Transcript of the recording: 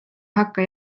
hakka